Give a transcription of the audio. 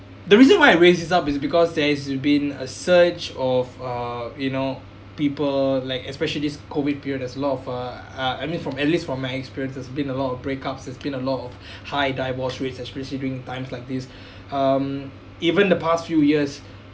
the reason why I raised this up is because there's been a surge of uh you know people like especially this COVID period there's a lot of uh uh I mean from at least from my experience there's been a lot of break-ups there's been a lot of high divorce rates especially during times like these um even the past few years